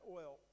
oil